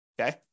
okay